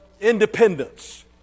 independence